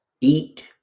eat